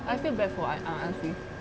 I I feel bad for elfie